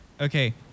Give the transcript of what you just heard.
Okay